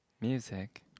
music